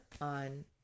on